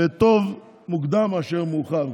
וטוב מוקדם מאשר מאוחר,